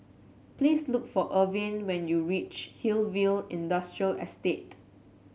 please look for Irvin when you reach Hillview Industrial Estate